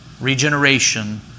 Regeneration